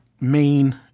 main